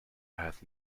has